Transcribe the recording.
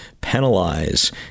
penalize